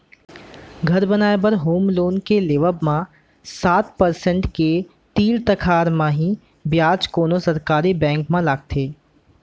घर बनाए बर होम लोन के लेवब म सात परसेंट के तीर तिखार म ही बियाज कोनो सरकारी बेंक म लगथे